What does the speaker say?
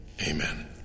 Amen